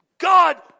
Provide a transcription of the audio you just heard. God